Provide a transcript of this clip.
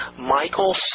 Michael